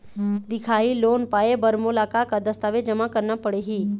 दिखाही लोन पाए बर मोला का का दस्तावेज जमा करना पड़ही?